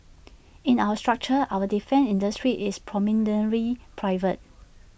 in our structure our defence industry is predominantly private